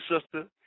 sister